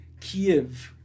Kyiv